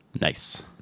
Nice